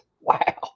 Wow